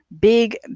big